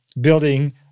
building